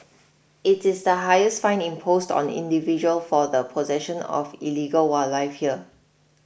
it is the highest fine imposed on individual for the possession of illegal wildlife here